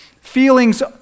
Feelings